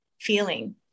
feeling